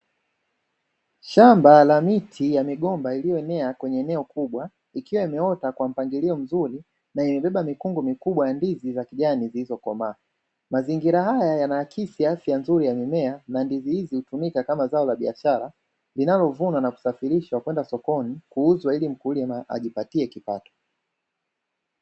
Shamba la miti ya migomba iliyoenea kwenye eneo kubwa ikiwa imeota kwa mpangilio mzuri na imebeba mikungu mikubwa ya ndizi za kijani zilizokomaa. Mazingira haya yanaakisi afya nzuri ya mimea na ndizi hizi hutumika kama zao la biashara linalovunwa na kusafirishwa kwenda sokoni kuuzwa ili mkulima ajipatie kipato.